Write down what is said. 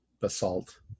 basalt